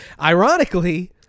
Ironically